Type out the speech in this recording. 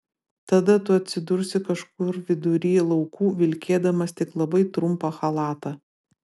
tada tu atsidursi kažkur vidury laukų vilkėdamas tik labai trumpą chalatą